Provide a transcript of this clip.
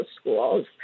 schools